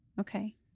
Okay